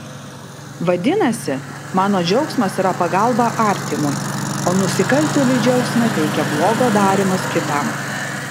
vadinasi mano džiaugsmas yra pagalba artimui o nusikaltėliui džiaugsmą teikia blogo darymas kitam